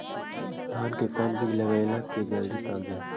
धान के कोन बिज लगईयै कि जल्दी पक जाए?